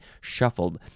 shuffled